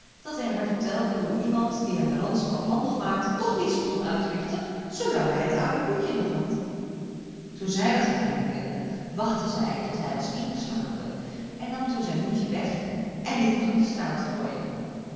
dat hij haar vertelde hoe iemand die hem den ransel afhandig maakte toch nog niets kon uitrichten zoolang hij het oude hoedje nog had toen zij dat geheim kende wachtte zij tot hij was ingeslapen en nam toen zijn hoedje weg en liet het op de straat gooien